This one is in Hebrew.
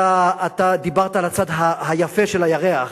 אתה דיברת על הצד היפה של הירח,